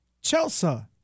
Chelsea